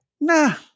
nah